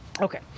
Okay